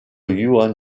yuan